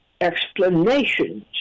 explanations